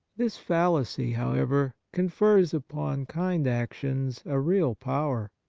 this fallacy, however, confers upon kind actions a real power.